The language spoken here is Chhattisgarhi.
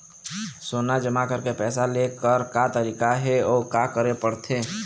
सोना जमा करके पैसा लेकर का तरीका हे अउ का करे पड़थे?